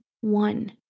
one